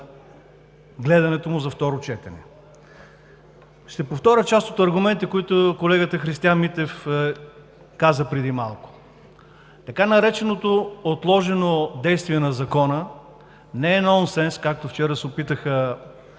гледането му на второ четене. Ще повторя част от аргументите, които колегата Христиан Митев каза преди малко. Така нареченото отложено действие на закона не е нонсенс, както вчера се опитаха